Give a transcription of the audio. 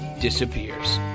disappears